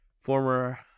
former